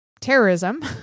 terrorism